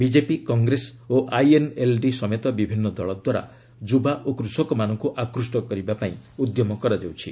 BJP Congress ଓ INLD ସମେତ ବିଭିନ୍ନ ଦଳ ଦ୍ୱାରା ଯୁବା ଓ କୃଷକମାନଙ୍କୁ ଆକୃଷ୍ଟ କରିବା ପାଇଁ ଉଦ୍ୟମ କରାଯାଉଛି